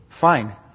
Fine